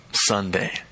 Sunday